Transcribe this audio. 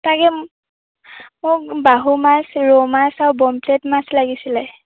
তাকে মোক বাহু মাছ ৰৌ মাছ আৰু পমফ্লেট মাছ লাগিছিলে